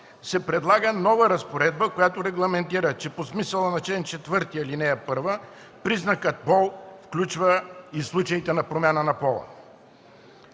се предлага нова разпоредба, която регламентира, че по смисъла на чл. 4, ал. 1 признакът „пол“ включва и случаите за промяна на пола.